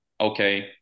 okay